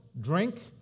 Drink